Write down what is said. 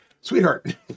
sweetheart